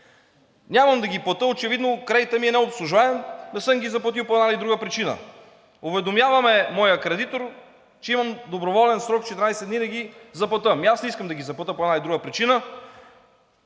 нямам да ги платя, очевидно кредитът ми е необслужваем, не съм ги заплатил по една или друга причина. Уведомява ме моят кредитор, че имам доброволен срок 14 дни да ги заплатя. Ами аз не искам да ги заплатя по една или друга причина,